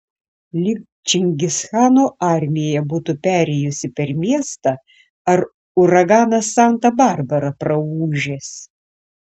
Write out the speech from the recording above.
lyg čingischano armija būtų perėjusi per miestą ar uraganas santa barbara praūžęs